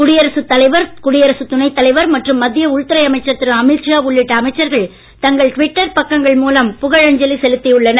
குடியரசு தலைவர் குடியரசு துணைத் தலைவர் மற்றும் மத்திய உள்துறை அமைச்சர் திரு அமீத்ஷா உள்ளிட்ட அமைச்சர்கள் தங்கள் ட்விட்டர் பக்கங்கள் மூலம் புகழஞ்சலி செலுத்தி உள்ளனர்